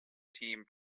team